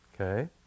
Okay